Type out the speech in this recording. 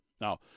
Now